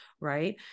right